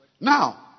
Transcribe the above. now